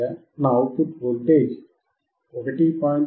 నా output voltage 1